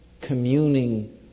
communing